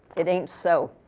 it ain't so.